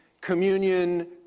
communion